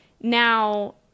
Now